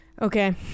Okay